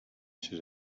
should